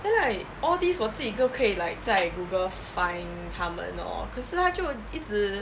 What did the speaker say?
then like all these 我自己都可以 like 在 google find 他们 lor 可是他就一直